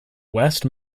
west